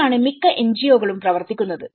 ഇവിടെയാണ് മിക്ക എൻജിഒകളും പ്രവർത്തിക്കുന്നത്